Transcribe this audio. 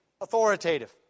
authoritative